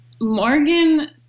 Morgan